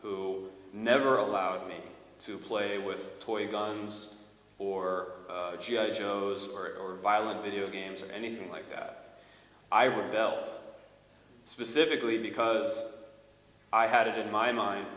who never allowed me to play with toy guns or g i joes or or violent video games or anything like that i rebel specifically because i had it in my mind